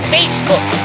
Facebook